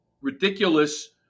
ridiculous